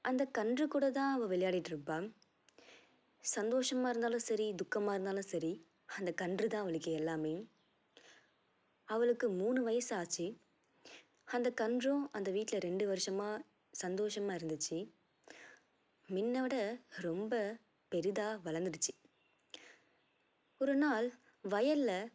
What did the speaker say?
அந்த கன்று கூட தான் அவள் விளையாடிகிட்ருப்பா சந்தோஷமாக இருந்தாலும் சரி துக்கமாக இருந்தாலும் சரி அந்த கன்று தான் அவளுக்கு எல்லாமே அவளுக்கு மூணு வயசாச்சு அந்த கன்றும் அந்த வீட்டில ரெண்டு வருஷமா சந்தோஷமாக இருந்துச்சு முன்ன விட ரொம்ப பெரிதாக வளந்துடுச்சு ஒரு நாள் வயலுல